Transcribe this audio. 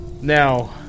Now